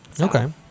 okay